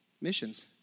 missions